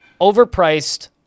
overpriced